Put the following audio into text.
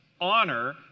honor